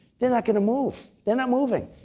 they're not going to move. they're not moving.